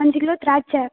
அஞ்சு கிலோ திராட்சை